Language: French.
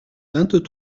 vingt